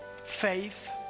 faith